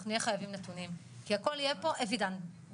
אנחנו נהיה חייבים נתונים כי הכל יהיה פה evidence based.